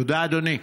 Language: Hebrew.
תודה, אדוני.